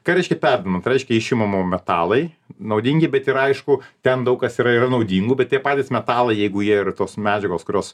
ką reiškia perdirbama tai reiškia išimama metalai naudingi bet ir aišku ten daug kas yra yra naudingų bet tie patys metalai jeigu jie ir tos medžiagos kurios